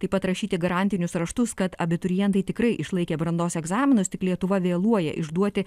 taip pat rašyti garantinius raštus kad abiturientai tikrai išlaikė brandos egzaminus tik lietuva vėluoja išduoti